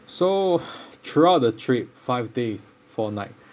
so throughout the trip five days four night